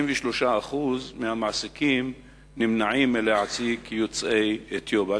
53% מהמעסיקים נמנעים מלהעסיק יוצאי אתיופיה.